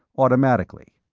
automatically.